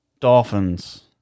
Dolphins